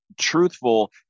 truthful